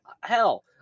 Hell